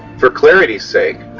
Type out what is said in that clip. for clarity's sake,